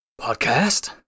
Podcast